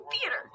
theater